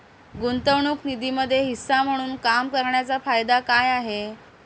गुंतवणूक निधीमध्ये हिस्सा म्हणून काम करण्याच्या फायदा काय आहे?